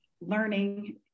Learning